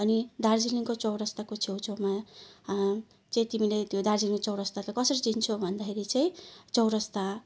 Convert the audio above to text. अनि दार्जिलिङको चौरस्ताको छेउछाउमा चाहिँ तिमीले त्यो दार्जिलिङ चोरस्तालाई चाहिँ कसरी चिन्छौ भन्दाखेरि चाहिँ चौरस्ता